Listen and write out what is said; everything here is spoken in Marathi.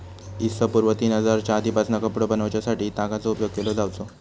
इ.स पूर्व तीन हजारच्या आदीपासना कपडो बनवच्यासाठी तागाचो उपयोग केलो जावचो